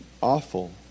Awful